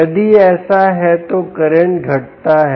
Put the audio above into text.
यदि ऐसा है तो करंट घटता है